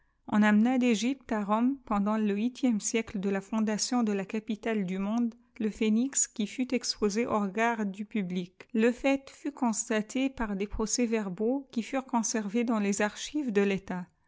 on amena d'ëgjjhe à rome pendant le huitième siècle de la fondation de la capitale du monde le phénix qui fui exposé aux regards du public le l'ait fut constaté jteir des procès-verbaux qui furent conseiés dans les archives de l'élat